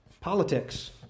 politics